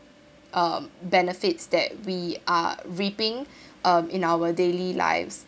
uh benefits that we are reaping um in our daily life